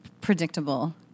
predictable